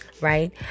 right